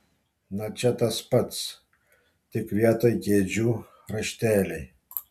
na čia tas pats tik vietoj kėdžių rašteliai